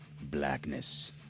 Blackness